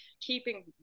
keeping